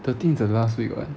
thirteen is the last week [what]